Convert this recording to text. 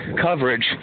coverage